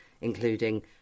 including